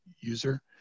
user